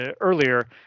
earlier